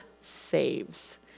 saves